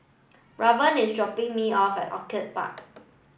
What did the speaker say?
Raven is dropping me off at Orchid Park